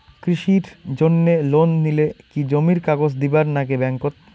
কৃষির জন্যে লোন নিলে কি জমির কাগজ দিবার নাগে ব্যাংক ওত?